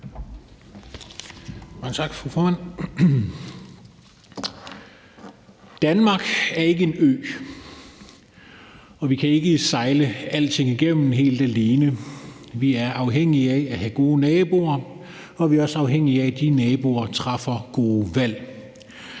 Mange tak, fru formand. Danmark er ikke en ø, og vi kan ikke sejle alting igennem helt alene. Vi er afhængige af at have gode naboer, og vi er også afhængige af, at de naboer træffer gode valg.